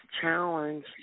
challenge